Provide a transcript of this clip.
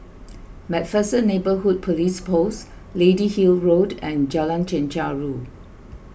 MacPherson Neighbourhood Police Post Lady Hill Road and Lorong Chencharu